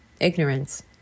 Ignorance